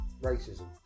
Racism